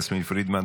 יסמין פרידמן,